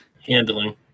Handling